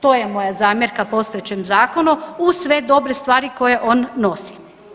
To je moja zamjerka postojećem zakonu uz sve dobre stvari koje on nosi.